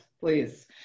Please